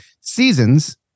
seasons